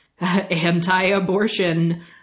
anti-abortion